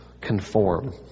conform